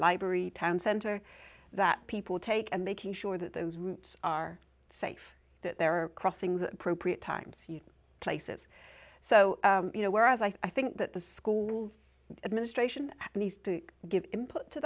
library town center that people take and making sure that those routes are safe that there are crossings appropriate times you places so you know whereas i think that the school administration needs to give input to